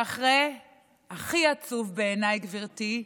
הכי עצוב בעיניי, גברתי,